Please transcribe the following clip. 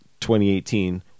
2018